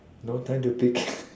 no time to pick